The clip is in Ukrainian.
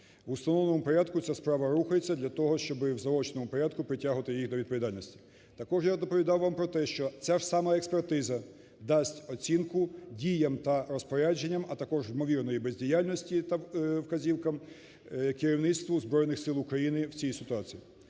В установленому порядку ця справа рухається для того, щоб в заочному порядку притягувати їх до відповідальності. Також я доповідав вам про те, що ця ж сама експертиза дасть оцінку діям та розпорядженням, а також ймовірної бездіяльності та вказівкам керівництву Збройних Сил України в цій ситуації.